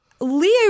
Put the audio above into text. Leo